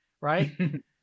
right